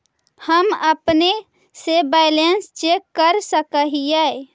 हम अपने से बैलेंस चेक कर सक हिए?